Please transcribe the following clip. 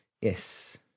Yes